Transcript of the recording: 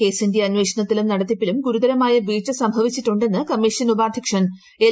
കേസിന്റെ അന്വേഷണത്തിലും നടത്തിപ്പിലും ഗുരുതരമായ വീഴ്ച്ച സംഭവിച്ചിട്ടുണ്ടെന്ന് കമ്മീഷൻ ഉപാധ്യക്ഷൻ എൽ